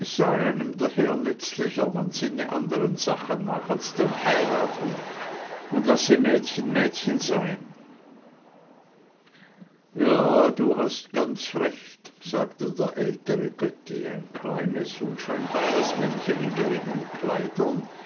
daher nützlicher man sinne andren sachen nach als dem heiraten und lasse mädchen mädchen sein ja ja du hast ganz recht sagte der ältere götti ein kleines unscheinbares männchen in geringen kleidern